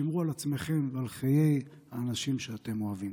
שמרו על עצמכם ועל חיי האנשים שאתם אוהבים.